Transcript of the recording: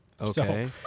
Okay